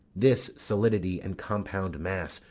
this solidity and compound mass,